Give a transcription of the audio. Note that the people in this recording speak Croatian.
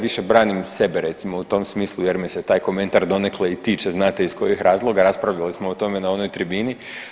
Više branim sebe recimo u tom smislu jer me se taj komentar donekle i tiče znate iz kojih razloga, raspravljali smo o tome na onoj tribini.